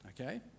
okay